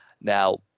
now